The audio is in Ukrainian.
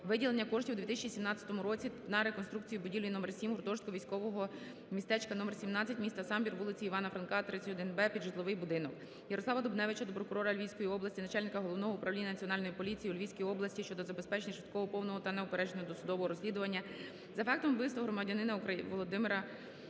виділення коштів у 2017 році на реконструкцію будівлі № 7 - гуртожитку військового містечка № 17, міста Самбір, вулиці Івана Франка, 31-Б під житловий будинок. Ярослава Дубневича до прокурора Львівської області, начальника Головного управління Національної поліції у Львівській області щодо забезпечення швидкого, повного та неупередженого досудового розслідування за фактом вбивства громадянина Володимира